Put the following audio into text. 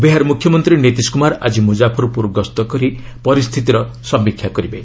ବିହାର ମ୍ରଖ୍ୟମନ୍ତ୍ରୀ ନୀତିଶ କ୍ରମାର ଆଜି ମ୍ରକାଫର୍ପ୍ରର ଗସ୍ତ କରି ପରିସ୍ଥିତିର ସମୀକ୍ଷା କରିବେ